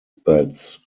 bats